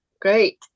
great